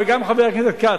וגם חבר הכנסת כץ,